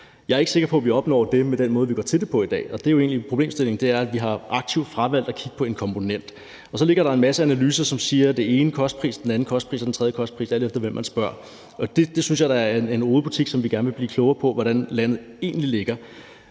Jeg ikke sikker på, at vi opnår det med den måde, vi går til det på i dag, og det, der jo egentlig er problemstillingen, er, at vi aktivt har fravalgt at kigge på en komponent. Og så ligger der en masse analyser, som siger, at der er den ene kostpris, den anden kostpris eller den tredje kostpris, alt efter hvem man spørger, og det synes jeg da er en rodebutik, og vi vil gerne blive klogere på, hvordan landet ligger.